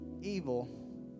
evil